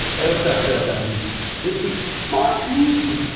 hey what's up trail junkies this week fuck me!